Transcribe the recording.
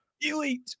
elite